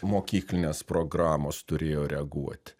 mokyklinės programos turėjo reaguoti